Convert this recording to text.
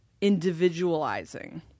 individualizing